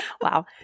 Wow